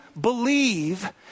believe